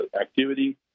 activity